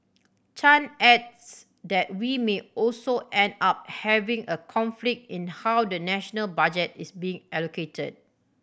Chan adds that we may also end up having a conflict in how the national budget is being allocated